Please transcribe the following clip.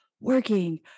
working